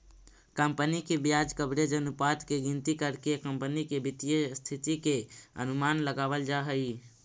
company के ब्याज coverage अनुपात के गिनती करके कंपनी के वित्तीय स्थिति के अनुमान लगावल जा हई